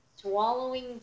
swallowing